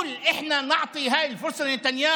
האם הגיוני שניתן לנתניהו